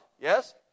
Yes